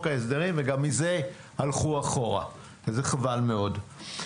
ההסדרים וגם מזה הלכו אחורה וזה חבל מאוד.